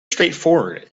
straightforward